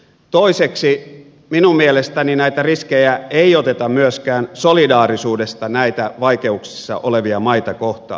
toiseksi minun mielestäni näitä riskejä ei oteta myöskään solidaarisuudesta näitä vaikeuksissa olevia maita kohtaan